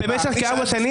-- במשך כמה שנים,